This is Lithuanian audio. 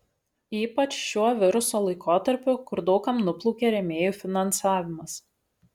ypač šiuo viruso laikotarpiu kur daug kam nuplaukė rėmėjų finansavimas